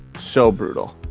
so brutal.